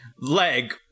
leg